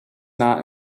not